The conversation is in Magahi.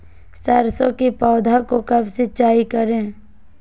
सरसों की पौधा को कब सिंचाई करे?